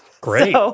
Great